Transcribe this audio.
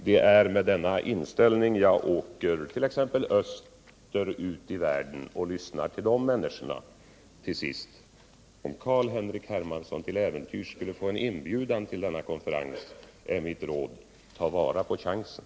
Det är med den inställningen jag åker också österut i världen och lyssnar till människorna där. Till sist vill jag säga att om Carl-Henrik Hermansson skulle få en inbjudan till denna konferens, så är mitt råd: Tag chansen!